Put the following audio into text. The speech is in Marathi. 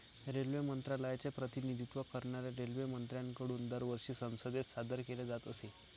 रेल्वे मंत्रालयाचे प्रतिनिधित्व करणाऱ्या रेल्वेमंत्र्यांकडून दरवर्षी संसदेत सादर केले जात असे